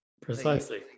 precisely